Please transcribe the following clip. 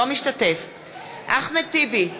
אינו משתתף בהצבעה אחמד טיבי,